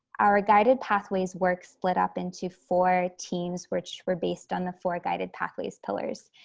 our guided pathways work split up into four teams which were based on the four guided pathways pillars.